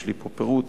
יש לי פה פירוט,